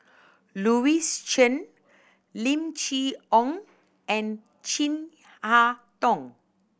Louis Chen Lim Chee Onn and Chin Harn Tong